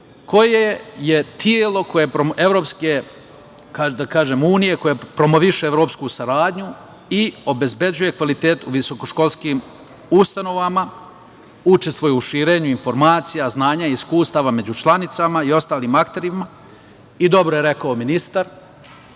koje je telo EU koje promoviše evropsku saradnju i obezbeđuje kvalitet visokoškolskim ustanovama, učestvuje u širenju informacija, znanja i iskustava među članicama i ostalim akterima. Dobro je rekao ministar,